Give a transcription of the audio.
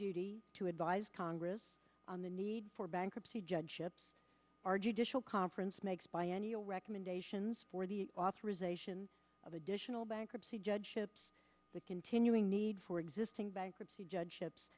duty to advise congress on the need for bankruptcy judge ship our judicial conference makes biennial recommendations for the authorization of additional bankruptcy judge ships the continuing need for existing bankruptcy judge ships